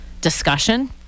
discussion